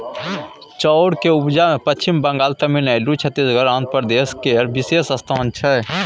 चाउर के उपजा मे पच्छिम बंगाल, तमिलनाडु, छत्तीसगढ़, आंध्र प्रदेश केर विशेष स्थान छै